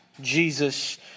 Jesus